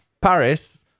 Paris